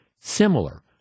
similar